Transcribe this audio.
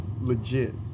legit